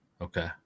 Okay